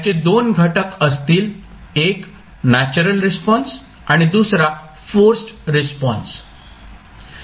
त्याचे दोन घटक असतील एक नॅचरल रिस्पॉन्स आणि दुसरा फोर्सड रिस्पॉन्स